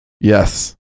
Yes